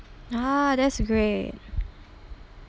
ah that's great